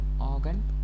organ